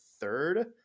third